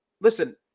listen